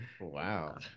Wow